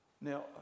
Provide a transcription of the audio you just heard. now